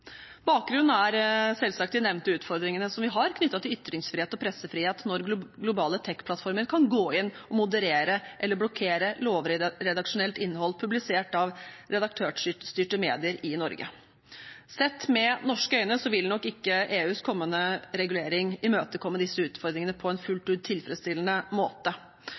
Bakgrunnen er selvsagt de nevnte utfordringene vi har knyttet til ytringsfrihet og pressefrihet når globale teknologiplattformer kan gå inn og moderere eller blokkere lovlig redaksjonelt innhold publisert av redaktørstyrte medier i Norge. Sett med norske øyne vil nok ikke EUs kommende regulering imøtekomme disse utfordringene på en fullt ut tilfredsstillende måte.